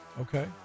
okay